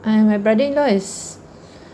and my brother in law is